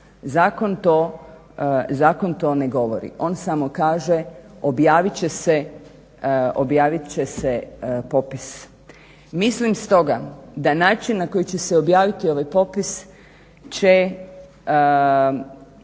Zakon to ne govori, on samo kaže objavit će se popis. Mislim stoga da način na koji će se objaviti ovaj popis će